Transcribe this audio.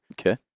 Okay